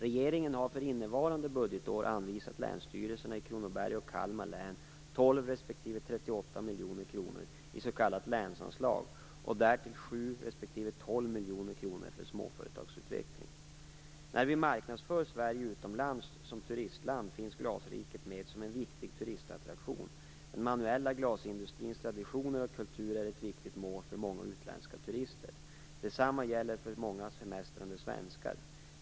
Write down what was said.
Regeringen har för innevarande budgetår anvisat länsstyrelserna i Kronoberg och Kalmar län 12 respektive 38 miljoner kronor i s.k. länsanslag och därtill 7 respektive 12 miljoner kronor för småföretagsutveckling. När vi marknadsför Sverige utomlands som turistland, finns glasriket med som en viktig turistattraktion. Den manuella glasindustrins traditioner och kultur är ett viktigt mål för många utländska turister. Detsamma gäller för många semestrande svenskar.